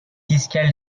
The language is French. fiscales